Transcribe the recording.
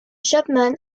chapman